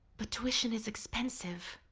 but tuition is expensive.